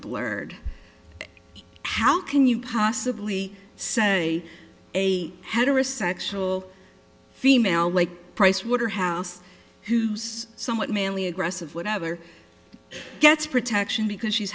blurred how can you possibly say a heterosexual female like pricewaterhouse who's somewhat manly aggressive whatever gets protection because she's